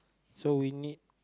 so we need